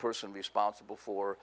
person responsible for